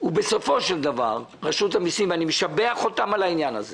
ובסופו של דבר רשות המיסים ואני משבח אותם על העניין הזה